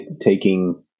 taking